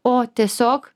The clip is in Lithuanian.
o tiesiog